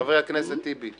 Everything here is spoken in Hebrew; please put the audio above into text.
חבר הכנסת טיבי.